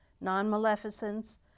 non-maleficence